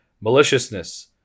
maliciousness